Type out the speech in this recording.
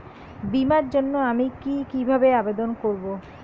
বিমার জন্য আমি কি কিভাবে আবেদন করব?